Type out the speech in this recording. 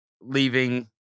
leaving